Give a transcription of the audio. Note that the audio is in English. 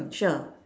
sure